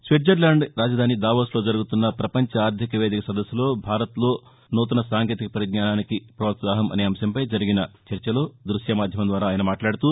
Switzerland రాజధాని దావోస్లో జరుగుతున్న పపంచ ఆర్గిక వేదిక సదస్సులో భారత్లో నూతన సాంకేతిక పరిజ్ఞానానికి ప్రోత్సాహం అనే అంశంపై జరిగిన చర్చలో దృశ్య మాధ్యమం ద్వారా ఆయన మాట్లాడుతూ